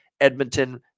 Edmonton